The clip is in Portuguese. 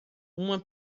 uma